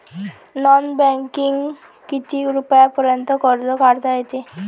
Non बँकिंगनं किती रुपयापर्यंत कर्ज काढता येते?